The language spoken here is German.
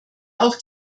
auch